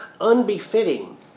unbefitting